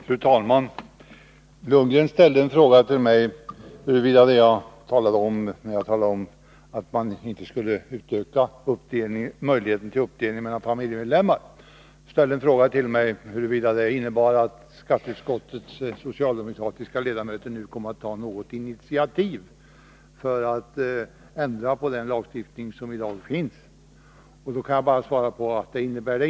Fru talman! Med anledning av mitt påpekande att man inte skulle utöka möjligheten till uppdelning av inkomster bland familjemedlemmar frågade Bo Lundgren mig om det innebar att skatteutskottets socialdemokratiska ledamöter nu skulle komma att ta ett initiativ för att ändra på nuvarande lagstiftning. På den frågan kan jag svara nej.